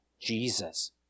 Jesus